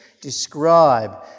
describe